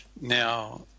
Now